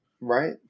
Right